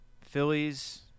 Phillies